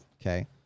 Okay